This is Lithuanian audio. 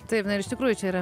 taip na ir iš tikrųjų čia yra